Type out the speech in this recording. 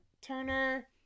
turner